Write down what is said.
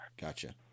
Gotcha